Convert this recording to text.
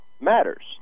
matters